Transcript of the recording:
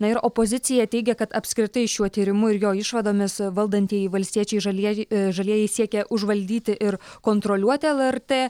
na ir opozicija teigia kad apskritai šiuo tyrimu ir jo išvadomis valdantieji valstiečiai žalieji žalieji siekia užvaldyti ir kontroliuoti lrt